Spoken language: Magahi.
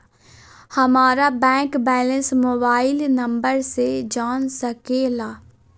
हमारा बैंक बैलेंस मोबाइल नंबर से जान सके ला?